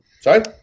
sorry